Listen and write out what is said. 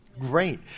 Great